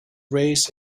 raised